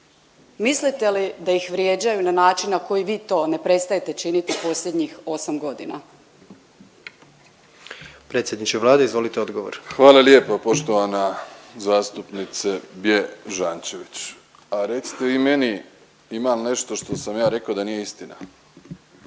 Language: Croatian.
Mislite li da ih vrijeđaju na način na koji vi to ne prestajete činiti posljednjih 8 godina? **Jandroković, Gordan (HDZ)** Predsjedniče Vlade izvolite odgovor. **Plenković, Andrej (HDZ)** Hvala lijepo poštovana zastupnice Bježančević, a recite vi meni ima li nešto što sam ja rekao da nije istina?